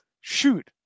Shoot